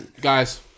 guys